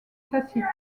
classique